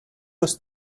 was